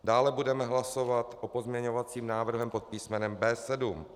Dále budeme hlasovat o pozměňovacím návrhu pod písmenem B7.